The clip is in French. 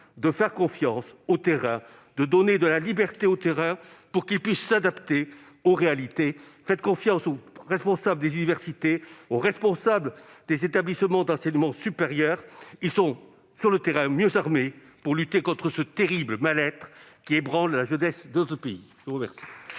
de faire confiance au terrain et de lui donner de la liberté, pour qu'il puisse s'adapter aux réalités ? Faites confiance aux responsables des universités et des établissements d'enseignement supérieur ! Ils sont, sur le terrain, mieux armés pour lutter contre ce terrible mal-être qui ébranle la jeunesse de notre pays ! La parole